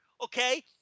okay